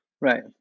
right